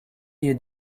you